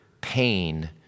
pain